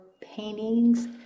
paintings